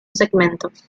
segmentos